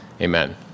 amen